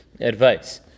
advice